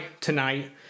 tonight